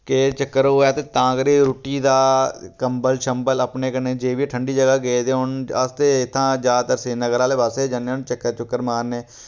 केह् चक्कर होऐ ते तां करियै रुट्टी दा कम्बल छम्बल अपने कन्नै जे बी ठण्डी जगह् गेदे होन ते अस ते इत्थां ज्यादातर श्रीनगर आह्ले पास्से जन्ने होन्ने चक्कर चुक्कर मारने